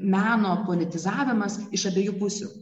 meno politizavimas iš abiejų pusių